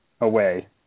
away